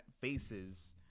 faces